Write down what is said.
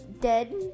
dead